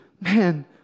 man